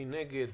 מי נגד.